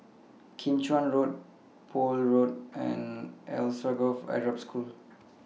Kim Chuan Road Poole Road and Alsagoff Arab School